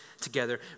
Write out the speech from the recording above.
together